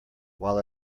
while